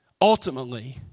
ultimately